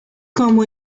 como